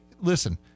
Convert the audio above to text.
listen